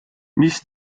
mis